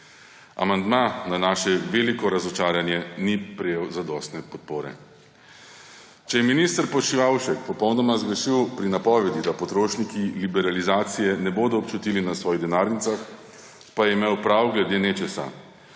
Amandma na naše veliko razočaranje ni prejel zadostne podpore. Če je minister Počivalšek popolnoma zgrešil pri napovedi, da potrošniki liberalizacije ne bodo občutili na svojih denarnicah, pa je imel prav glede nečesa,